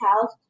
house